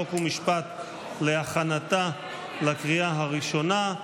חוק ומשפט להכנתה לקריאה הראשונה.